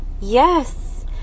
Yes